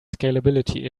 scalability